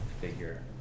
figure